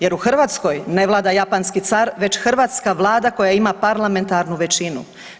Jer u Hrvatskoj ne vlada japanski car već hrvatska Vlada koja ima parlamentarnu većinu.